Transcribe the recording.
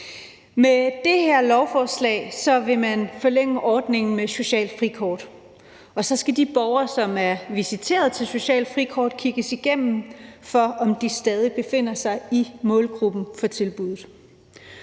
Med det her lovforslag vil man forlænge ordningen med et socialt frikort, og så skal de borgere, som er visiteret til et socialt frikort, kigges igennem for at se, om de stadig befinder sig i målgruppen for tilbuddet.